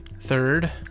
Third